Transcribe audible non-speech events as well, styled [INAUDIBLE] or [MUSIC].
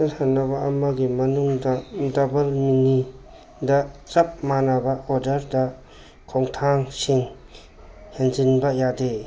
[UNINTELLIGIBLE] ꯑꯃꯒꯤ ꯃꯅꯨꯡꯗ ꯗꯕꯜ ꯃꯤꯅꯤꯗ ꯆꯞ ꯃꯥꯟꯅꯕ ꯑꯣꯗꯔꯗ ꯈꯣꯡꯊꯥꯡꯁꯤꯡ ꯍꯦꯟꯖꯤꯟꯕ ꯌꯥꯗꯦ